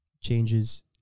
changes